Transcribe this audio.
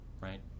right